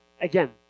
Again